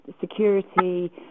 security